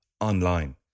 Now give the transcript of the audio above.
online